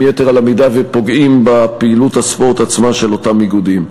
יתר על המידה ופוגעים בפעילות הספורט עצמה של אותם איגודים.